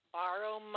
borrow